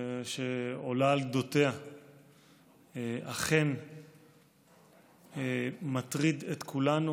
שעולה על גדותיה אכן מטריד את כולנו.